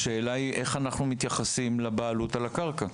השאלה היא איך אנחנו מתייחסים לבעלות על הקרקע?